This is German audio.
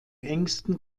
engsten